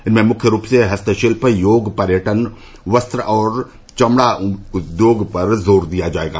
इनमें मुख्य रूप से हस्तशिल्प योग पर्यटन वस्त्र और चमड़ा उद्योग पर जोर दिया जाएगा